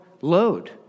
load